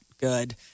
good